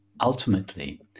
ultimately